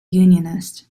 unionist